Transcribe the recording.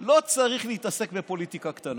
לא צריך להתעסק בפוליטיקה קטנה.